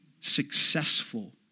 successful